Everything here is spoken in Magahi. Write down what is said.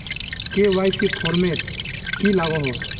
के.वाई.सी फॉर्मेट की लागोहो?